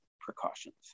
precautions